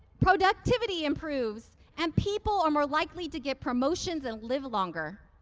productivity improves, and people are more likely to get promotions and live longer.